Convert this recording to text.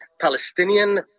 Palestinian